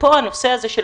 ופה הנושא של הקריטריון,